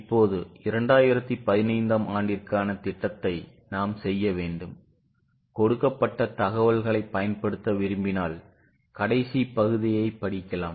இப்போது 2015 ஆம் ஆண்டிற்கான திட்டத்தை நாம் செய்ய வேண்டும் கொடுக்கப்பட்ட தகவல்களைப் பயன்படுத்த விரும்பினால் கடைசி பகுதியைப் படிக்கலாம்